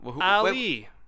Ali